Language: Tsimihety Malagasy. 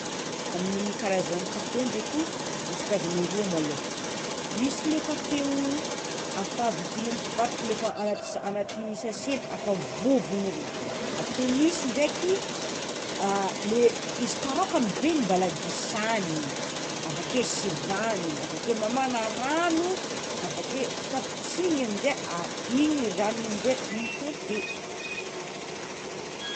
Amin'ny karazany kafe ndraiky misy karazany roa malôha: misy le kafe ho efa vidigny amy mpivarotro le fa avy agnat- agnaty sase efa vovony regny, avakeo misy ndraiky le izy karaokany be igny mbola disagniny avakeo sivaniny avakeo mamagna rano avakeo tapitry igny amizay igny ranony amizay igny kafe.